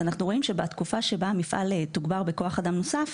בתקופה שבה המפעל תוגבר בכוח אדם נוסף,